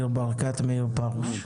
ניר ברקת ומאיר פרוש.